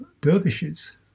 dervishes